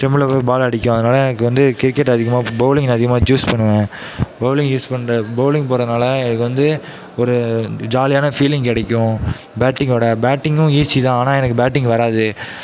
ஸ்டெம்பில் போய் பாலை அடிக்கும் அதனால் எனக்கு வந்து கிரிக்கெட் அதிகமாக பவுலிங் நான் அதிகமாக சூஸ் பண்ணுவேன் பவுலிங் யூஸ் பண்ணுற பவுலிங் போடுறதுனால் எனக்கு வந்து ஒரு ஜாலியான ஃபீலிங் கிடைக்கும் பேட்டிங்கோட பேட்டிங்கும் ஈஸி தான் ஆனால் எனக்கு பேட்டிங் வராது